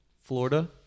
Florida